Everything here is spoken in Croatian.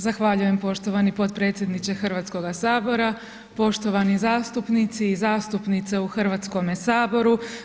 Zahvaljujem poštovani predsjedniče Hrvatskoga sabora, poštovani zastupnici i zastupnice u Hrvatskome saboru.